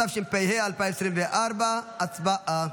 התשפ"ה 2024. הצבעה.